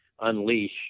unleash